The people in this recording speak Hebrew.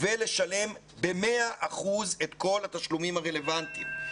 ולשלם ב-100% את כל התשלומים הרלוונטיים.